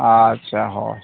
ᱟᱪᱪᱷᱟ ᱦᱳᱭ